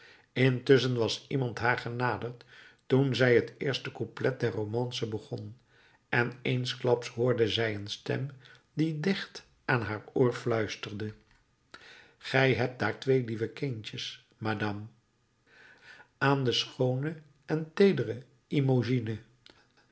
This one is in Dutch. intusschen was iemand haar genaderd toen zij het eerste couplet der romance begon en eensklaps hoorde zij een stem die dicht aan haar oor fluisterde gij hebt daar twee lieve kindertjes madame aan de schoone en teedere imogine